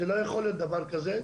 לא יכול להיות דבר כזה.